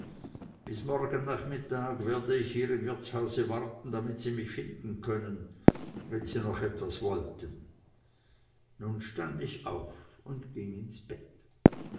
bis morgen nachmittag werde ich hier im wirtshause warten damit sie mich finden könnten wenn sie noch etwas wollten nun stund ich auf und ging ins bett